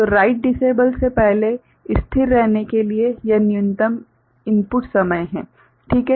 तो write disable से पहले स्थिर रहने के लिए यह न्यूनतम इनपुट समय है ठीक है